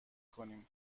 کنیم